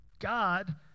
God